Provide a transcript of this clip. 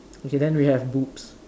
okay then we have boobs